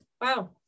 wow